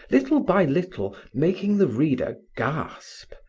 little by little making the reader gasp,